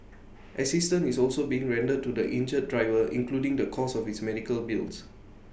assistance is also being rendered to the injured driver including the cost of his medical bills